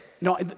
no